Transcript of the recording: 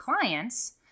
clients